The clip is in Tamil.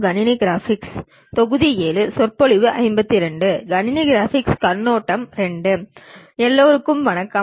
கணினி கிராபிக்ஸ் கண்ணோட்டம் II எல்லோருக்கும் வணக்கம்